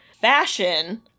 fashion